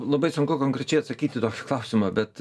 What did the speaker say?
labai sunku konkrečiai atsakyt į tokį klausimą bet